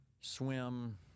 swim